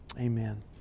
Amen